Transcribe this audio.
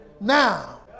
now